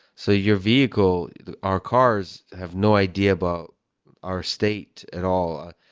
so your vehicle, our cars, have no idea about our state at all.